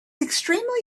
extremely